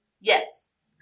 Yes